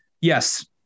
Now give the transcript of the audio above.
Yes